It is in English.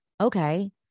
okay